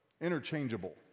Interchangeable